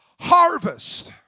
harvest